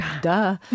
Duh